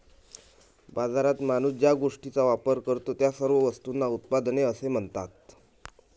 बाजारात माणूस ज्या गोष्टींचा वापर करतो, त्या सर्व वस्तूंना उत्पादने असे म्हणतात